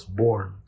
born